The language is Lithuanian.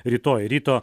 rytoj ryto